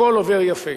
הכול עובר יפה.